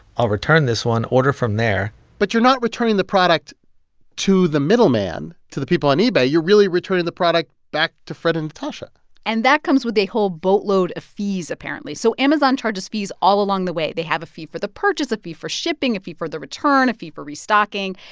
i'll return this one, order from there but you're not returning the product to the middleman to the people on ebay. you're really returning the product back to fred and natasha and that comes with a whole boatload of fees apparently. so amazon charges fees all along the way. they have a fee for the purchase, a fee for shipping, a fee for the return, a fee for restocking.